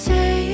Say